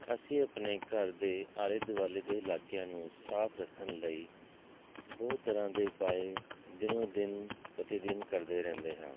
ਅਸੀਂ ਆਪਣੇ ਘਰ ਦੇ ਆਲੇ ਦੁਆਲੇ ਦੇ ਇਲਾਕਿਆਂ ਨੂੰ ਸਾਫ ਰੱਖਣ ਲਈ ਬਹੁਤ ਤਰ੍ਹਾਂ ਦੇ ਉਪਾਏ ਦਿਨੋਂ ਦਿਨ ਪ੍ਰਤੀ ਦਿਨ ਕਰਦੇ ਰਹਿੰਦੇ ਹਾਂ